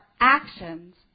actions